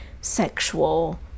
sexual